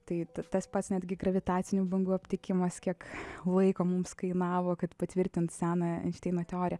tai tas pats netgi gravitacinių bangų aptikimas kiek laiko mums kainavo kad patvirtint senąją einšteino teoriją